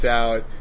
out